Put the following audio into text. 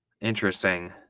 Interesting